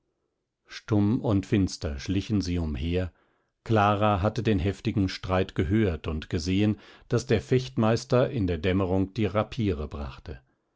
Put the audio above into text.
stumm und finster schlichen sie umher clara hatte den heftigen streit gehört und gesehen daß der fechtmeister in der dämmerung die rapiere brachte